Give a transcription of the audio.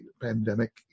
pandemic